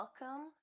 Welcome